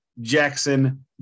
Jackson